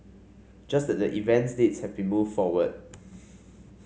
just that the event dates have been moved forward